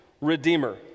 Redeemer